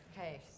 Okay